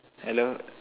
hello